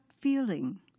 feeling